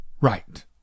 Right